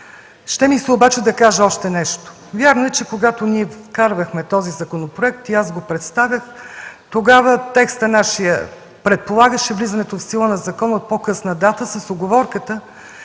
Ще ми се обаче да кажа още нещо. Вярно е, че когато ние вкарвахме този законопроект и аз го представях, нашият текст предполагаше влизането в сила на закона от по-късна дата с уговорката,